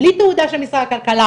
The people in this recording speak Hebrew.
בלי תעודה של משרד הכלכלה